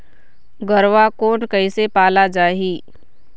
गरवा कोन कइसे पाला जाही?